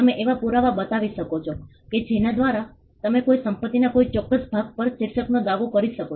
તમે એવા પુરાવા બતાવી શકો છો કે જેના દ્વારા તમે કોઈ સંપત્તિના કોઈ ચોક્કસ ભાગ પર શીર્ષકનો દાવો કરી શકો